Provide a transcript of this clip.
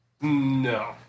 No